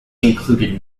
included